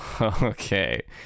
okay